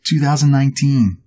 2019